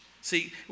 See